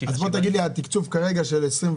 אז בוא תגיד לי על התקצוב כרגע של 21'